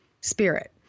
spirit